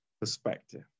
perspective